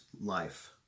life